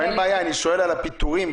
אין בעיה, אני שואל על הפיטורים.